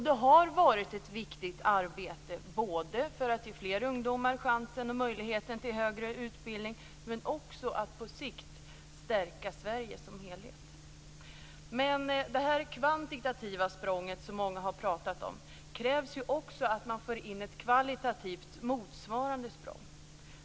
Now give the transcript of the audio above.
Det har varit ett viktigt arbete både för att ge fler ungdomar chansen och möjligheten till högre utbildning men också för att på sikt stärka Sverige som helhet. Men för det kvantitativa språnget som många har pratat om krävs också att man för in ett kvalitativt motsvarande språng.